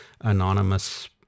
anonymous